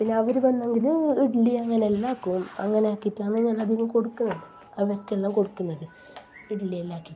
പിന്നെ അവർ വന്നെങ്കിൽ ഇഡ്ഡലി അങ്ങനെ എല്ലാം ആക്കും അങ്ങനെ ആക്കിയിട്ടാണ് ഞാൻ അതിനു കൊടുക്കുന്നത് അവർക്കെല്ലാം കൊടുക്കുന്നത് ഇഡ്ഡലി എല്ലാം ആക്കിയിട്ട്